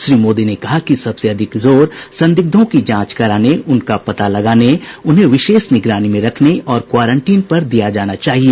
श्री मोदी ने कहा कि सबसे ज्यादा जोर संदिग्धों की जांच कराने उनका पता लगाने उन्हें विशेष निगरानी में रखने और क्वारंटीन पर दिया जाना चाहिए